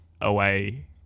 away